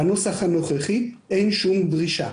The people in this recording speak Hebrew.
בנוסח הנוכחי אין שום דרישה,